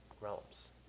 realms